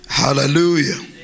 Hallelujah